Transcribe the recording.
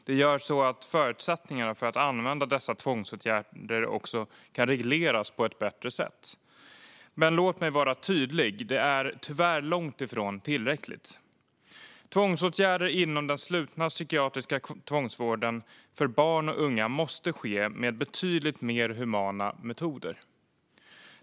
Detta gör att förutsättningarna för att använda dessa tvångsåtgärder också kan regleras på ett bättre sätt. Men låt mig vara tydlig: Det är tyvärr långt ifrån tillräckligt. Tvångsåtgärder inom den slutna psykiatriska tvångsvården för barn och unga måste ske med betydligt mer humana metoder.